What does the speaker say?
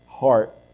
heart